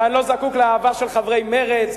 ואני לא זקוק לאהבה של חברי מרצ.